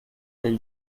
del